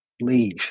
leave